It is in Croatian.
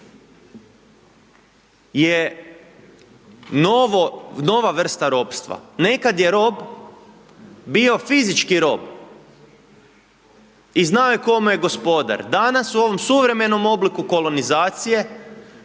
je nova vrsta ropstva. Nekad je rob bio fizički rob i znao je tko mu je gospodar. Danas u ovom suvremenom obliku kolonizacije